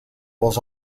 was